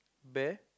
bare